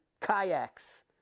Kayaks